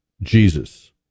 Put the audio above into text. Jesus